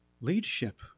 leadership